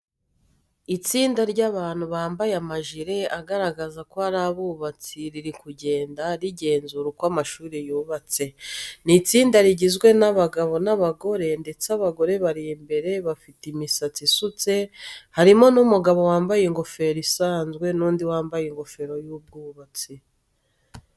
Itsinda ry'abantu bambaye amajire agaragaza ko ari abubatsi riri kugenda, rigenzura uko amashuri yubatse. Ni itsinda rigizwe n'abagabo n'abagore ndetse abagore bari imbere bafite imisatsi isutse, harimo n'umugabo wambaye ingofero isanzwe n'undi wambaye ingofero y'abubatsi.